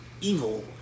evil